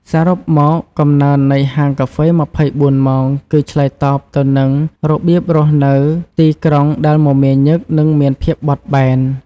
សរុបមក កំណើននៃហាងកាហ្វេ ២៤ ម៉ោងគឺឆ្លើយតបទៅនឹងរបៀបរស់នៅទីក្រុងដែលមមាញឹក និងមានភាពបត់បែន។